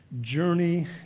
journey